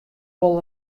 wol